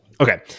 Okay